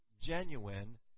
genuine